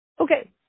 Okay